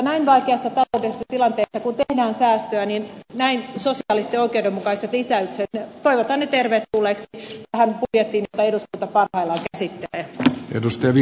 näin vaikeassa taloudellisessa tilanteessa kun tehdään säästöjä näin sosiaalisesti oikeudenmukaiset lisäykset toivotan tervetulleiksi tähän budjettiin jota eduskunta parhaillaan käsittelee